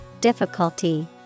difficulty